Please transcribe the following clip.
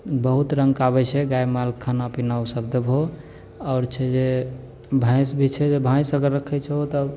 बहुत रङ्ग कऽ आबैत छै गाय माल कऽ खाना पीना ओ सब देबहो आओर छै जे भैंस भी छै भैंस अगर रखैत छहो तऽ